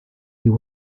you